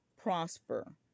prosper